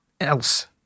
else